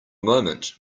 moment